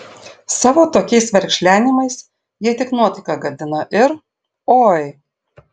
savo tokiais verkšlenimais jie tik nuotaiką gadina ir oi